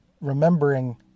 remembering